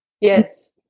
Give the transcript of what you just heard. yes